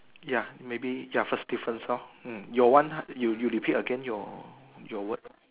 ya maybe ya first difference lor hmm your one you you repeat again your your word